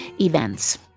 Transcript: events